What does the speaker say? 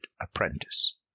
Apprentice